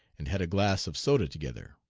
and had a glass of soda together.